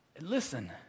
Listen